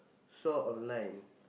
saw online